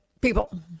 people